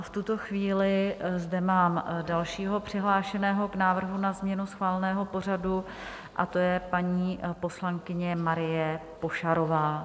V tuto chvíli zde mám dalšího přihlášeného k návrhu na změnu schváleného pořadu, a to je paní poslankyně Marie Pošarová.